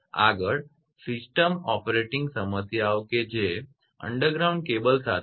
આગળ system operating સમસ્યાઓ કે જે અંડરગ્રાઉન્ડ કેબલ સાથે છે